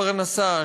פרנסה,